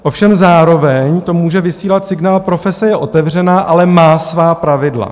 Ovšem zároveň to může vysílat signál: profese je otevřená, ale má svá pravidla.